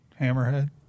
hammerhead